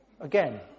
again